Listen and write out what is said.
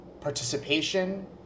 participation